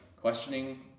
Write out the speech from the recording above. questioning